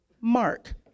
Mark